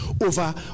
over